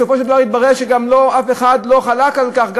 בסופו של דבר התברר שאף אחד לא חלק על כך,